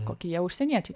koki jie užsieniečiai